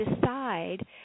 decide